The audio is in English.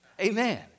Amen